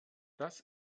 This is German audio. das